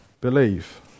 believe